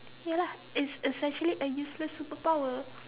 ya lah it's essentially a useless superpower